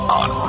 on